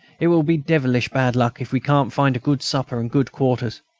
it will be devilish bad luck if we can't find a good supper and good quarters.